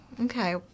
Okay